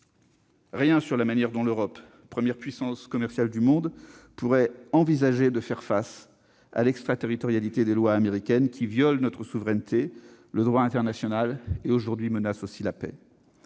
Rien sur la manière dont l'Europe, première puissance commerciale du monde, pourrait envisager de faire face à l'extraterritorialité des lois américaines, qui viole notre souveraineté, le droit international et qui menace aujourd'hui aussi la paix.